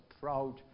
proud